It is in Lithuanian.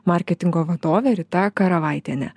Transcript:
marketingo vadovė rita karavaitienė